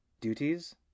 Duties